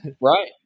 Right